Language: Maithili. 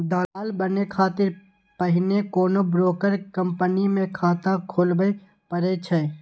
दलाल बनै खातिर पहिने कोनो ब्रोकर कंपनी मे खाता खोलबय पड़ै छै